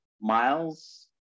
miles